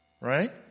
right